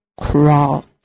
crawl